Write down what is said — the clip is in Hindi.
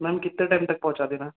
मैंम कितने टाइम तक पहुँचा दें मैम